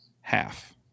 half